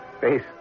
face